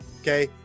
Okay